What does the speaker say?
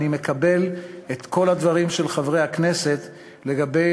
אני מקבל את כל הדברים של חברי הכנסת לגבי